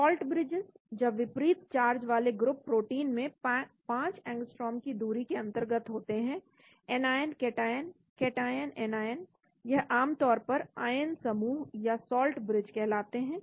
salt bridge जब विपरीत charge वाले ग्रुप प्रोटीन में पांच अंगस्ट्रोम की दूरी के अन्तर्गत होते हैं एनआयन कैटआयन कैटआयन एनआयन यह आमतौर पर आयन समूह या साल्ट ब्रिज कहलाते हैं